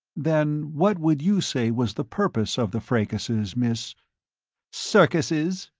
then, what would you say was the purpose of the fracases, miss circuses,